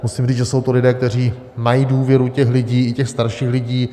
Musím říct, že jsou to lidé, kteří mají důvěru těch lidí, i těch starších lidí.